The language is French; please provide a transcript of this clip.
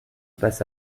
passe